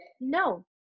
no